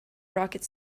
rocket